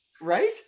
right